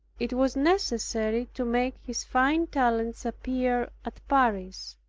it was necessary to make his fine talents appear at paris,